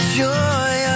joy